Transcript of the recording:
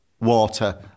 water